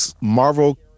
Marvel